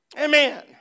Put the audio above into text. Amen